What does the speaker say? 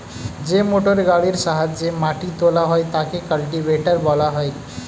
যে মোটরগাড়ির সাহায্যে মাটি তোলা হয় তাকে কাল্টিভেটর বলা হয়